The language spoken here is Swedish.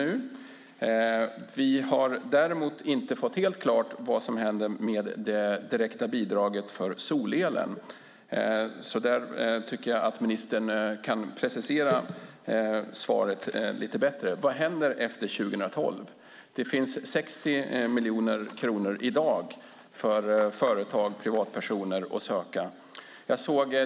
Det är däremot inte helt klart vad som händer med det direkta bidraget till solel. Där tycker jag att ministern ska precisera svaret. Vad händer efter 2012? Det finns i dag 60 miljoner kronor för företag och privatpersoner att söka.